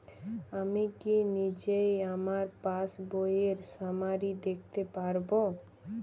আমি কি নিজেই আমার পাসবইয়ের সামারি দেখতে পারব?